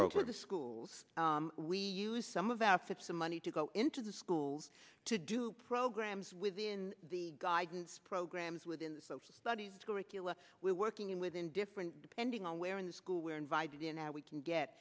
to the schools we use some of our fits the money to go into the schools to do programs within the guidance programs within the social studies curriculum we're working in within different depending on where in the school we're invited in now we can get